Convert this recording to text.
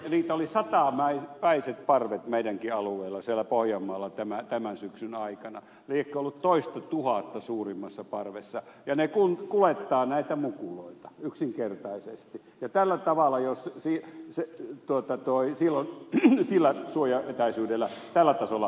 niitä oli satapäiset parvet meidänkin alueellamme siellä pohjanmaalla tämän syksyn aikana liekö ollut toista tuhatta suurimmassa parvessa ja ne kuljettavat näitä mukuloita yksinkertaisesti tällä tavalla sillä suojaetäisyydellä tällä tasolla